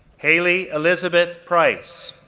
hayley elizabeth price,